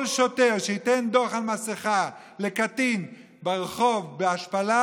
כל שוטר שייתן דוח על מסכה לקטין ברחוב בהשפלה,